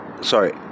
Sorry